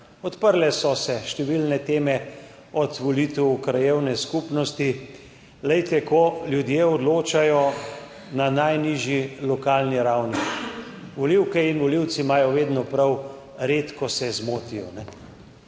Odprle so se številne teme, od volitev v krajevne skupnosti. Ko ljudje odločajo na najnižji lokalni ravni, imajo volivke in volivci vedno prav, redko se zmotijo.